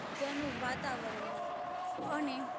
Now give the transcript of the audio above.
તેનું વાતાવરણ અને